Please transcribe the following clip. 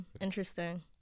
Interesting